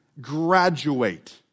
graduate